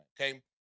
okay